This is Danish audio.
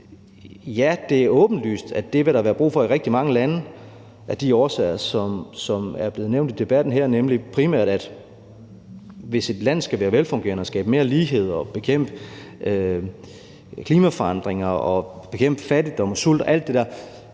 ja, det er åbenlyst, at det vil der være brug for i rigtig mange lande af de årsager, som er blevet nævnt i debatten her, nemlig primært, at hvis et land skal være velfungerende og skabe mere lighed og bekæmpe klimaforandringer og bekæmpe fattigdom og sult og alt det der,